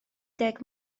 deg